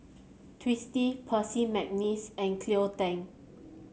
Twisstii Percy McNeice and Cleo Thang